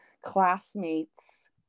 classmates